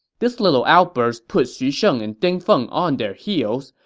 this little outburst put xu sheng and ding feng on their heels.